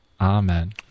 Amen